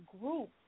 group